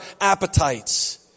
appetites